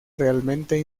realmente